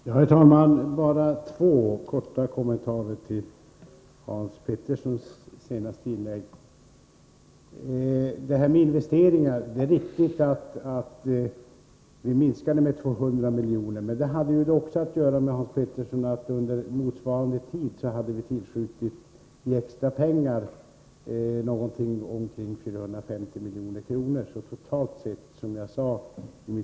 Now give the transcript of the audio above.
Herr talman! Bara helt kort två kommentarer till Hans Peterssons i Hallstahammar senaste inlägg. För det första är det riktigt att investeringspengarna minskats med 200 milj.kr. Men under motsvarande tid tillsköt vi omkring 450 milj.kr. i extra pengar.